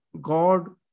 God